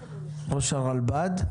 הרלב"ד.